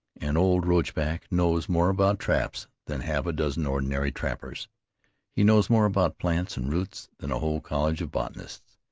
an old roachback knows more about traps than half a dozen ordinary trappers he knows more about plants and roots than a whole college of botanists.